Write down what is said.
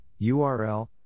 URL